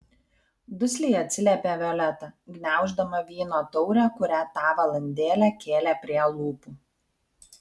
dusliai atsiliepė violeta gniauždama vyno taurę kurią tą valandėlę kėlė prie lūpų